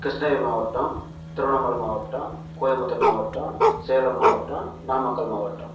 கிருஷ்ணகிரி மாவட்டம் திருவண்ணாமலை மாவட்டம் கோயம்பத்தூர் மாவட்டம் சேலம் மாவட்டம் நாமக்கல் மாவட்டம்